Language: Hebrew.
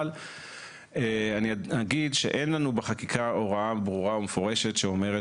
אבל אני אגיד שאין לנו בחקיקה הוראה ברורה ומפורשת שאומרת